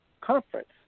conference